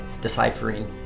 Deciphering